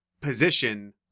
position